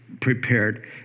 prepared